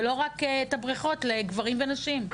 ולא רק את הבריכות לגברים ונשים,